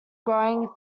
growing